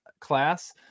class